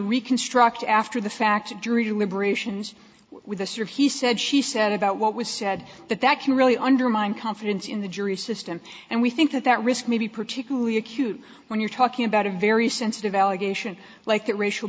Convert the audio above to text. reconstruct after the fact of jury deliberations with us or he said she said about what was said that that can really undermine confidence in the jury system and we think that that risk may be particularly acute when you're talking about a very sensitive allegation like that racial